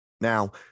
Now